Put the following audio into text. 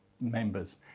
members